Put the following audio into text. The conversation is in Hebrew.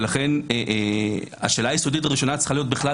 ולכן השאלה היסודית הראשונה צריכה להיות בכלל,